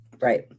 Right